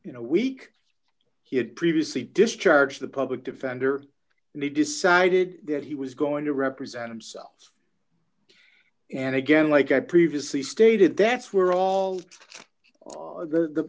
in a week he had previously discharged the public defender and he decided that he was going to represent himself and again like i previously stated that's where all the